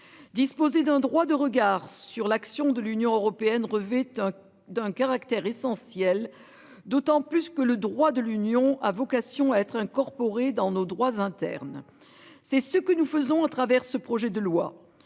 Disposer d'un droit de regard sur l'action de l'Union européenne. D'un caractère essentiel d'autant plus que le droit de l'Union a vocation à être incorporé dans nos droits internes. C'est ce que nous faisons à travers ce projet de loi.